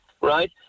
right